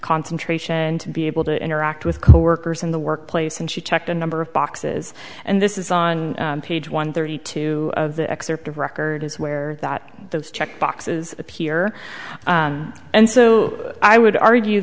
concentration to be able to interact with coworkers in the workplace and she checked a number of boxes and this is on page one thirty two of the excerpt of records where that those check boxes appear and so i would argue